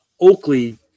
Oakley